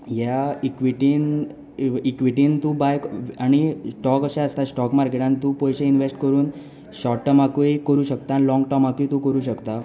ह्या इक्विटीन इक्विटीन तूं बाय आनी स्टोक अशे आसता स्टोक मार्केटान तूं पयशे इनवेस्ट करून शोट टमाकूय करूं शकता लोंग टमाकूय तूं करूं शकता